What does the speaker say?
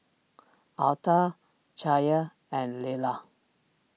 Altha Chaya and Lella